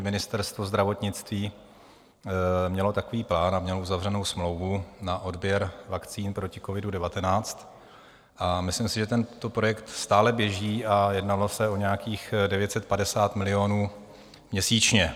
Ministerstvo zdravotnictví mělo takový plán a mělo uzavřenou smlouvu na odběr vakcín proti covidu19, a myslím si, že tento projekt stále běží, jednalo se o nějakých 950 milionů měsíčně.